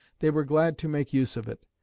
they were glad to make use of it.